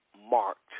marked